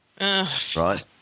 Right